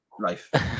life